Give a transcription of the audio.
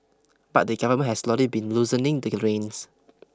but the government has slowly been loosening the reins